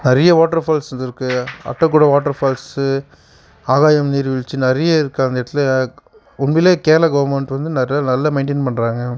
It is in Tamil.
நிறைய வாட்ரு ஃபால்ஸ்சு இது இருக்குது அட்டைக்கூட வாட்ரு ஃபால்ஸ்சு ஆகாயம் நீர் வீழ்ச்சி நிறைய இருக்குது அந்த இடத்துல உண்மையிலே கேரளா கவுர்மெண்டு வந்து நிறைய நல்லா மெயின்டைன் பண்ணுறாங்க